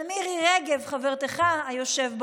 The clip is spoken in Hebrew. של מירי רגב, חברתך, היושב בראש,